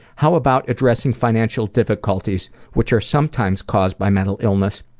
how about addressing financial difficulties which are sometimes caused by mental illness,